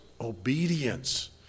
obedience